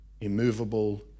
immovable